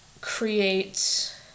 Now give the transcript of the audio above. create